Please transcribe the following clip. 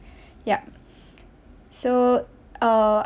yup so uh